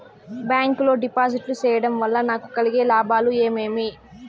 Bank లో డిపాజిట్లు సేయడం వల్ల నాకు కలిగే లాభాలు ఏమేమి?